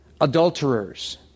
adulterers